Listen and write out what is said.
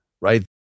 right